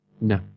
No